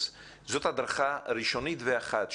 אז זאת הדרכה ראשונית ואחת.